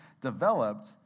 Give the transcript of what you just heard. developed